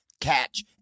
Catch